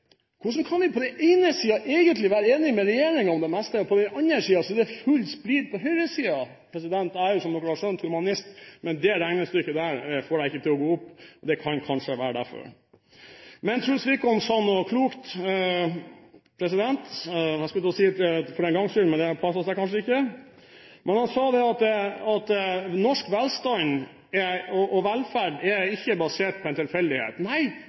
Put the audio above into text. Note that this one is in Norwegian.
Hvordan kan vi på den ene siden egentlig være enig med regjeringen om det meste, og på den andre siden er det full splid – på høyresiden? Jeg er, som dere har skjønt, humanist, men dette regnestykket får jeg ikke til å gå opp – det kan kanskje være derfor. Truls Wickholm sa noe klokt, jeg skulle til å si, for én gangs skyld – men det passer seg kanskje ikke. Han sa at norsk velstand og velferd ikke er basert på en tilfeldighet. Nei,